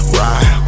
ride